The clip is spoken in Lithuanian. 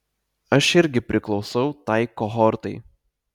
aš irgi priklausau tai kohortai